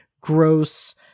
gross